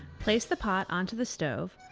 place the pot onto the stove,